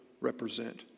represent